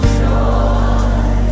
joy